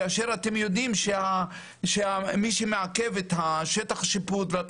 כאשר אתם יודעים שמי שמעכב את שטח השיפוט ואת